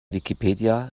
wikipedia